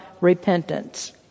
repentance